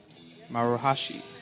Maruhashi